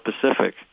Pacific